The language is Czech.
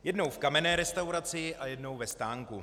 Jednou v kamenné restauraci, jednou ve stánku.